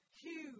huge